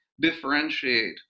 differentiate